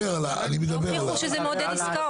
תוכיחו שזה מעודד עסקאות.